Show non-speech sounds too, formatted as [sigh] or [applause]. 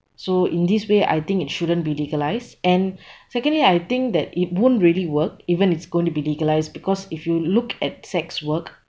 so in this way I think it shouldn't be legalised and [breath] secondly I think that it won't really work even it's going to be legalised because if you look at sex work